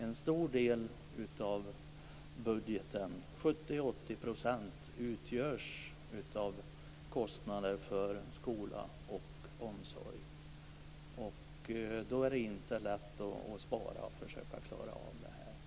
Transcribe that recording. En stor del av budgeten - 70-80 %- går till kostnader för skola och omsorg. Det är då inte lätt för kommunerna att spara och själva försöka klara detta.